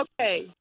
Okay